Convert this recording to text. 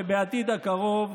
ובעתיד הקרוב